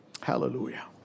Hallelujah